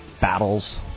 battles